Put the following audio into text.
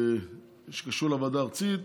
שקשור לוועדה הארצית,